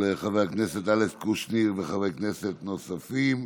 של חבר הכנסת אלכס קושניר וחברי כנסת נוספים.